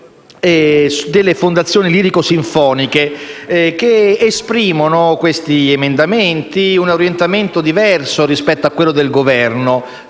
delle fondazioni lirico-sinfoniche, che esprimono un orientamento diverso rispetto a quello del Governo